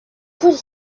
could